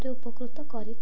ଉପକୃତ କରିଥାଏ